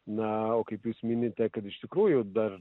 na kaip jūs minite kad iš tikrųjų dar